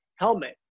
helmet